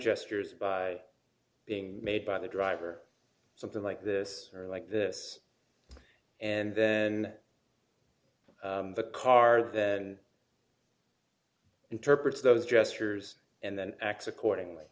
gestures by being made by the driver something like this are like this and then the car then interprets those gestures and then acts accordingly